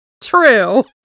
true